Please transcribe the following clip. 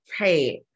Right